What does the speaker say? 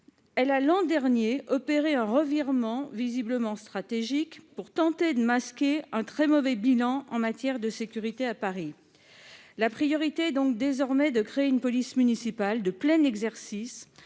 opéré, l'an dernier, un revirement visiblement stratégique pour tenter de masquer un très mauvais bilan en matière de sécurité à Paris. La priorité est désormais de créer une police municipale de plein exercice